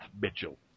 Mitchell